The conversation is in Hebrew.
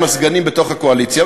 עם הסגנים בתוך הקואליציה,